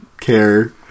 care